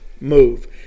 move